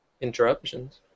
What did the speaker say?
interruptions